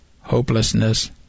hopelessness